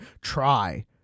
try